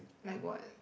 like what